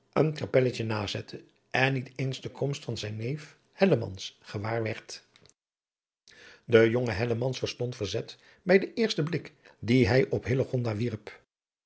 een kapelletje nazette en niet eens de komst van zijn neef hellemans gewaar werd de jonge hellemans stond verzet bij den eersten blik dien hij op hillegonda wierp